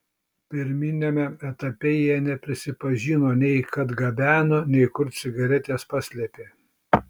pirminiame etape jie neprisipažino nei kad gabeno nei kur cigaretes paslėpė